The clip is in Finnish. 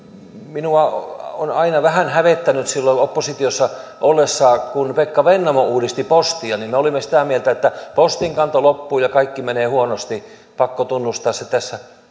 minua on aina vähän hävettänyt että silloin oppositiossa ollessamme kun pekka vennamo uudisti postia me olimme sitä mieltä että postinkanto loppuu ja kaikki menee huonosti pakko tunnustaa se tässä